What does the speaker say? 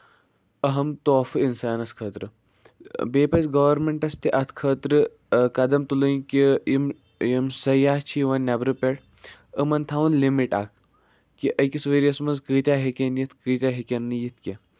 اَہم طوفہٕ اِنسانَس خٲطرٕ بیٚیہِ پَزِ گورمٮ۪نٹَس تہِ اَتھ خٲطرٕ قدم تُلٕنۍ کہِ یِم یِم سیاح چھِ یِوان نٮ۪برٕ پٮ۪ٹھ یِمَن تھاوُن لِمِٹ اکھ کہِ أکِس ؤریَس منٛز کۭتیاہ ہٮ۪کن یِتھۍ کۭتیاہ نہٕ ہٮ۪کَن یِتھۍ کیٚنہہ